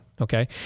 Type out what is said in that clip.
Okay